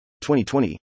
2020